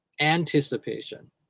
anticipation